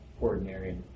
ordinary